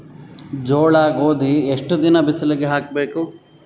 ಜೋಳ ಗೋಧಿ ಎಷ್ಟ ದಿನ ಬಿಸಿಲಿಗೆ ಹಾಕ್ಬೇಕು?